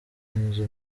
inzu